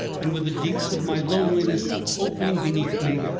and with the deeps of my loneliness opening beneath me,